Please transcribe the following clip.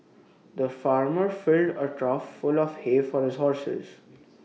the farmer filled A trough full of hay for his horses